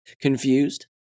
Confused